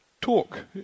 talk